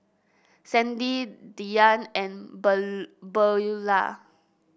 Sandy Dyan and Ben Beulah